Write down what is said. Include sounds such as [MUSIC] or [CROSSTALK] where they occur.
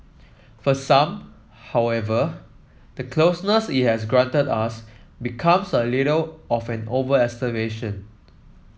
for some however the closeness it has granted us becomes a little [UNINTELLIGIBLE]